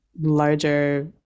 larger